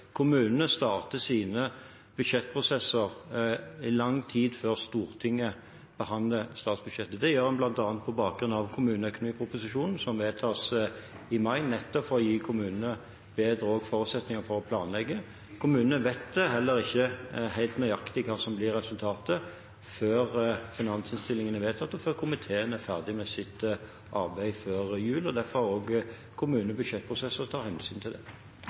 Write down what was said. kommunene starter sine budsjettprosesser i lang tid før Stortinget behandler statsbudsjettet. Det gjør en bl.a. på bakgrunn av kommuneproposisjonen, som vedtas i mai, nettopp for å gi kommunene bedre forutsetninger for å planlegge. Kommunene vet heller ikke helt nøyaktig hva som blir resultatet, før finansinnstillingen blir vedtatt, og før komiteen er ferdig med sitt arbeid før jul. Derfor har kommunene budsjettprosesser som tar hensyn til det.